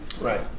Right